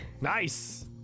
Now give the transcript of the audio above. nice